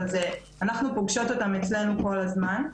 אבל אנחנו פוגשות אותם אצלנו כל הזמן.